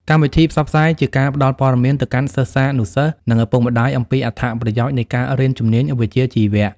កម្មវិធីផ្សព្វផ្សាយ ជាការផ្តល់ព័ត៌មានទៅកាន់សិស្សានុសិស្ស និងឪពុកម្តាយអំពីអត្ថប្រយោជន៍នៃការរៀនជំនាញវិជ្ជាជីវៈ។